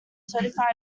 certified